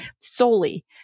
solely